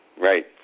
Right